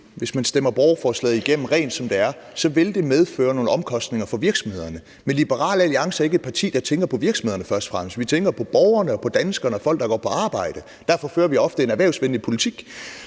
hvis man stemmer borgerforslaget igennem, som det er nu, medføre nogle omkostninger for virksomhederne, men Liberal Alliance er ikke et parti, der først og fremmest tænker på virksomhederne – vi tænker på borgerne, på danskerne, og på folk, der går på arbejde, og derfor fører vi ofte en erhvervsvenlig politik.